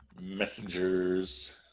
messengers